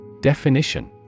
Definition